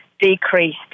decreased